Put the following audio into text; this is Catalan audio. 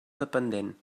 dependent